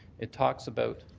it talks about